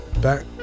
back